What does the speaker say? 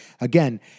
Again